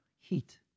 heat